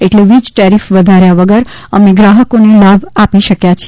એટલે વીજ ટેરીફ વધાર્યા વગર અમે ગ્રાહકોને લાભ આપી શક્યા છે